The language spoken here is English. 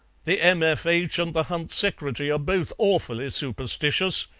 the m f h. and the hunt secretary are both awfully superstitious,